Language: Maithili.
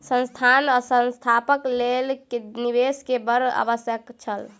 संस्थान स्थापनाक लेल निवेश के बड़ आवश्यक छल